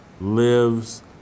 lives